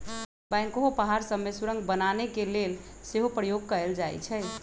backhoe पहाड़ सभ में सुरंग बनाने के लेल सेहो प्रयोग कएल जाइ छइ